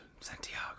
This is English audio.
Santiago